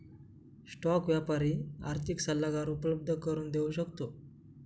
stock व्यापारी आर्थिक सल्लागार उपलब्ध करून देऊ शकतो